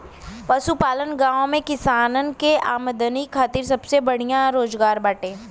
पशुपालन गांव में किसान के आमदनी खातिर सबसे बढ़िया रोजगार बाटे